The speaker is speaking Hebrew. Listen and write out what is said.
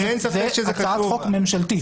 זה הצעת חוק ממשלתית.